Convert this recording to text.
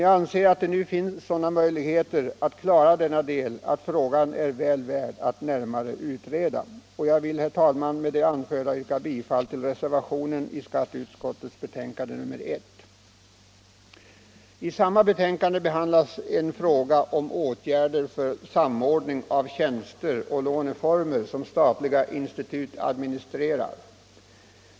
Jag anser att det nu finns sådana förutsättningar att klara denna delfråga, att den är värd att pröva närmare i en utredning. Jag vill, herr talman, med det anförda yrka bifall till reservationen vid skatteutskottets betänkande nr 1. I samma betänkande behandlas en fråga om åtgärder för samordning av tjänster och låneformer som statliga institut administrerar.